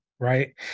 Right